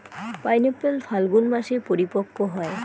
pineapple ফাল্গুন মাসে পরিপক্ব হয়